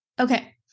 Okay